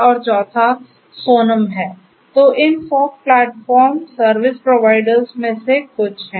तो ये इन फॉग प्लेटफॉर्म सर्विस प्रोवाइडर्स में से कुछ हैं